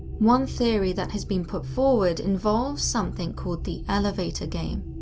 one theory that has been put forward involves something called the elevator game.